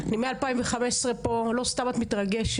שמחה, אני מ-2015 פה, לא סתם את מתרגשת.